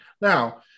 now